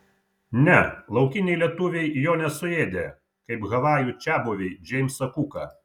ne laukiniai lietuviai jo nesuėdė kaip havajų čiabuviai džeimsą kuką